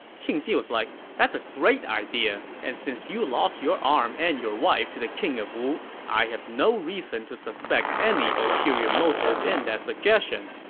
qing ji was like, that's great idea, and since you lost your arm and your wife to the king of wu, i have no reason to suspect any ulterior motive in that suggestion.